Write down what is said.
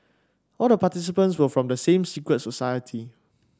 all the participants were from the same secret society